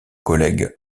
collègue